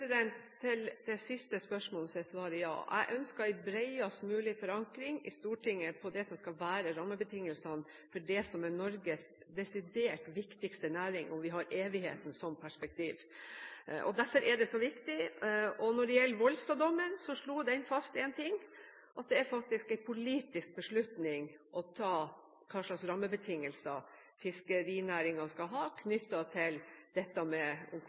Til det siste spørsmålet er svaret ja. Jeg ønsker en bredest mulig forankring i Stortinget for det som skal være rammebetingelsene for det som er Norges desidert viktigste næring, hvor vi har evigheten som perspektiv. Derfor er det så viktig. Når det gjelder Volstad-dommen, slo den fast én ting: at det faktisk er en politisk beslutning å ta, hva slags rammebetingelser fiskerinæringen skal ha knyttet til